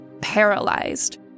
paralyzed